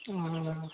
हुँ